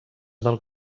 del